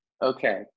Okay